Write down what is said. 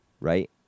right